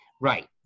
Right